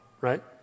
right